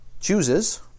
chooses